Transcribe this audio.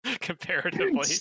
comparatively